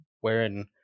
wherein